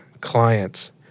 clients